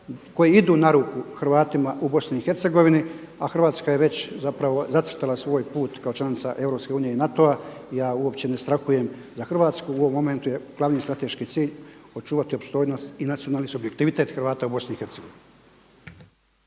koji idu na ruku Hrvatima u BiH, a Hrvatska je već zacrtala svoj put kao članica EU i NATO-a i ja uopće ne strahujem za Hrvatsku u ovom momentu je glavni strateški cilj očuvati opstojnost i nacionalni subjektivitet Hrvata u BiH.